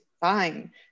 fine